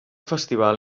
festival